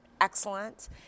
excellent